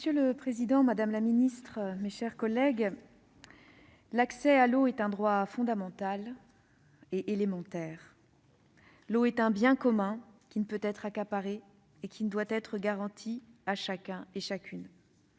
Monsieur le président, madame la secrétaire d'État, mes chers collègues, l'accès à l'eau est un droit fondamental et élémentaire. L'eau est un bien commun qui ne peut être accaparé et dont l'accès doit être garanti à chacun et chacune.